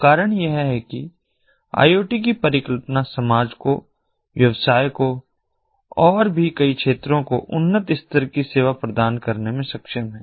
कारण यह है कि आई ओ टी की परिकल्पना समाज को व्यवसाय को और भी कई क्षेत्रों को उन्नत स्तर की सेवा प्रदान करने में सक्षम है